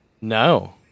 No